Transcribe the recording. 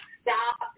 stop